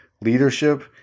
leadership